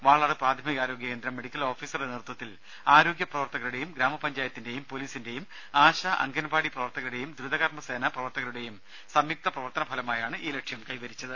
വാളാട് പ്രാഥമികാരോഗ്യകേന്ദ്രം മെഡിക്കൽ ഓഫീസറുടെ നേതൃത്വത്തിൽ ആരോഗ്യപ്രവർത്തകരുടെയും ഗ്രാമപഞ്ചായത്തിന്റെയും പോലീസിന്റെയും ആശ അംഗൻവാടി പ്രവർത്തകരുടെയും ദ്രുതകർമ്മ സേന പ്രവർത്തകരുടേയും സംയുക്ത പ്രവർത്തന ഫലമായാണ് ഈ ലക്ഷ്യം കൈവരിച്ചത്